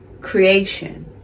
creation